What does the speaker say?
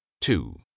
Two